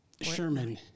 Sherman